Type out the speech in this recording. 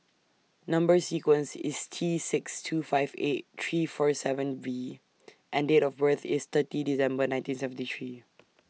Number sequence IS T six two five eight three four seven V and Date of birth IS thirty December nineteen seventy three